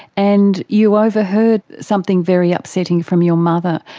and you overheard something very upsetting from your mother.